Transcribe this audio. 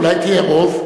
אולי תהיה רוב?